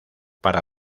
para